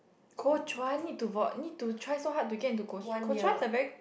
Kuo Chuan need to vote need to try so hard to get into Kuo~ Kuo Chuan is a very